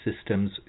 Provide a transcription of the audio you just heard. systems